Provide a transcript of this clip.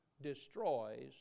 destroys